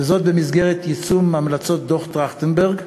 וזאת במסגרת יישום המלצות דוח טרכטנברג,